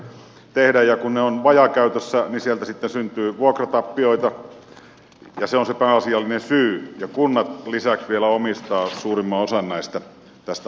ja kun ne ovat vajaakäytössä niin sieltä sitten syntyy vuokratappioita ja se on se pääasiallinen syy ja kunnat lisäksi vielä omistavat suurimman osan tästä asuntokannasta